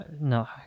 No